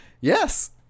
Yes